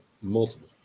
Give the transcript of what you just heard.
Multiple